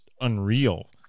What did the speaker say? unreal